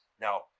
Now